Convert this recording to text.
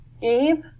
Gabe